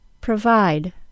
Provide